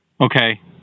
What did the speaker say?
Okay